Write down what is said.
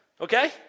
okay